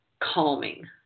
calming